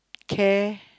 care